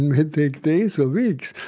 and may take days or weeks.